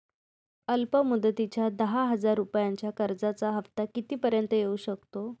अल्प मुदतीच्या दहा हजार रुपयांच्या कर्जाचा हफ्ता किती पर्यंत येवू शकतो?